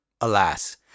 Alas